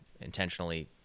intentionally